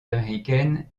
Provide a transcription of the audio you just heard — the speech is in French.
américaines